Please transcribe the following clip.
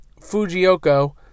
Fujioko